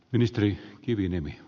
arvoisa puhemies